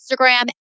Instagram